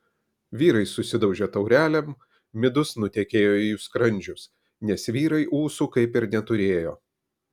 vyrai susidaužė taurelėm midus nutekėjo į jų skrandžius nes vyrai ūsų kaip ir neturėjo